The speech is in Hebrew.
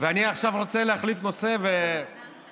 אני עכשיו רוצה להחליף נושא ולומר